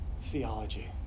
theology